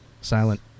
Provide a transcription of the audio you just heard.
silent